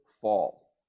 fall